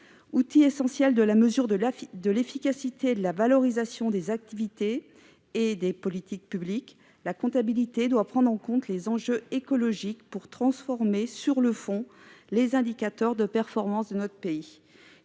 Outil essentiel de la mesure de l'efficacité de la valorisation des activités et des politiques publiques, la comptabilité doit prendre en compte les enjeux écologiques pour transformer sur le fond les indicateurs de performance de notre pays.